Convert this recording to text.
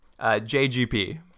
JGP